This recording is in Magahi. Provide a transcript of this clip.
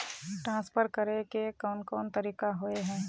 ट्रांसफर करे के कोन कोन तरीका होय है?